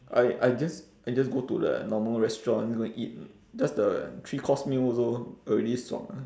I I just I just go to the normal restaurant go and eat just the three course meal also already 爽 ah